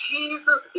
Jesus